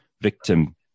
victim